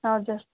हजुर